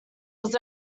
was